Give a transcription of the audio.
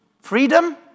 freedom